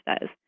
says